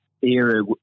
era